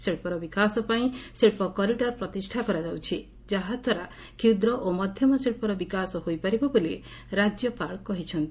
ଶିକ୍ବର ବିକାଶ ପାଇଁ ଶି୍୍ କରିଡର ପ୍ରତିଷ୍ଠା କରାଯାଉଛି ଯାହାଦ୍ୱାରା କ୍ଷୁଦ୍ର ଓ ମଧ୍ୟମ ଶିଚ୍ଚର ବିକାଶ ହୋଇପାରିବ ବୋଲି ରାଜ୍ୟପାଳ କହିଛନ୍ତି